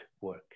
work